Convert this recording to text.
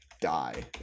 die